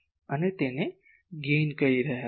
અમે તેને ગેઇન કહી રહ્યા છીએ